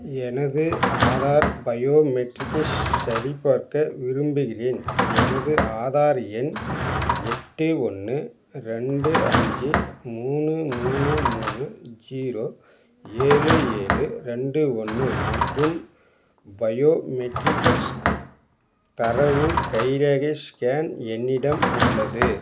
எனது ஆதார் பயோமெட்ரிக்கஸ் சரிபார்க்க விரும்புகின்றேன் எனது ஆதார் எண் எட்டு ஒன்று ரெண்டு அஞ்சு மூணு மூணு மூணு ஜீரோ ஏழு ஏழு ரெண்டு ஒன்று மற்றும் பயோமெட்ரிக்கஸ் தரவு கைரேகை ஸ்கேன் என்னிடம் உள்ளது